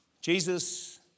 Jesus